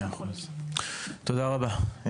מאה אחוז, תודה רבה.